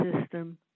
system